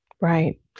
Right